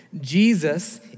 Jesus